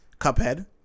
*Cuphead*